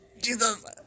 Jesus